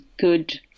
good